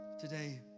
today